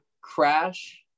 Crash